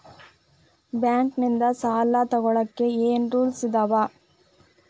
Bank ನಿಂದ್ ಸಾಲ ತೊಗೋಳಕ್ಕೆ ಏನ್ ರೂಲ್ಸ್ ಅದಾವ?